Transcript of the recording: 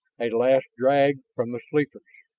a last drag from the sleepers.